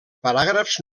paràgrafs